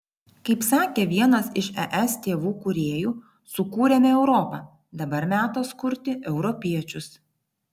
kaip sakė vienas iš es tėvų kūrėjų sukūrėme europą dabar metas kurti europiečius